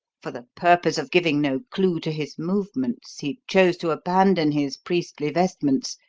for the purpose of giving no clue to his movements, he chose to abandon his priestly vestments,